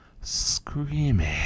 screaming